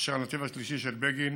והנתיב השלישי של בגין